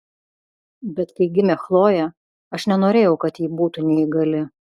bet kai gimė chlojė aš nenorėjau kad ji būtų neįgali